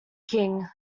king